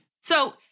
So-